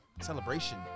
Celebration